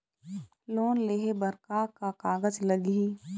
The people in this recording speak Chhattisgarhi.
लोन लेहे बर का का कागज लगही?